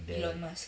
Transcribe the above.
elon musk